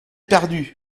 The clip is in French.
perdue